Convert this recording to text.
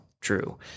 true